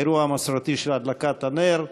האירוע המסורתי של הדלקת הנר,